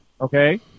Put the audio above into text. Okay